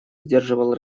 сдерживал